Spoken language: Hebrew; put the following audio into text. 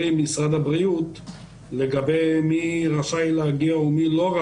משרד הבריאות לגבי מי רשאי להגיע ומי לא.